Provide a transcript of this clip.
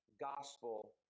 gospel